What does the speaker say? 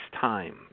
time